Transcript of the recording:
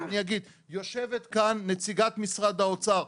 אבל אני אגיד: יושבת כאן נציגת משרד האוצר.